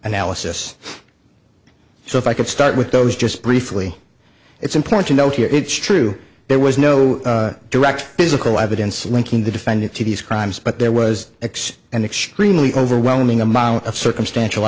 analysis so if i could start with those just briefly it's important to note here it's true there was no direct physical evidence linking the defendant to these crimes but there was x an extremely overwhelming amount of circumstantial